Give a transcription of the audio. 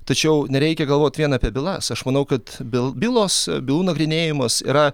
tačiau nereikia galvot vien apie bylas aš manau kad bil bylos bylų nagrinėjimas yra